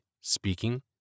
speaking